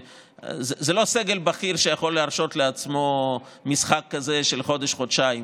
וזה לא סגל בכיר שיכול להרשות לעצמו משחק כזה של חודש-חודשיים.